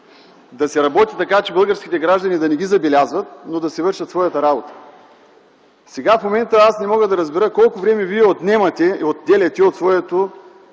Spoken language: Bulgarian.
да се работи така, че българските граждани да не ги забелязват, но да си вършат своята работа. Сега в момента не мога да разбера колко време Вие отнемате и отделяте от времето